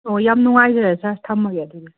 ꯑꯣ ꯌꯥꯝ ꯅꯨꯡꯉꯥꯏꯖꯔꯦ ꯁꯥꯔ ꯊꯝꯃꯒꯦ ꯑꯗꯨꯗꯤ